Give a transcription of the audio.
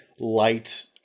light